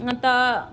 तऽ